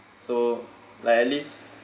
so like at least